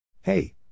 Hey